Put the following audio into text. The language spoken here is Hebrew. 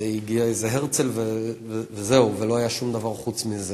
הגיע איזה הרצל וזהו, לא היה שום דבר חוץ מזה.